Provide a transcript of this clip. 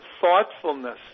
thoughtfulness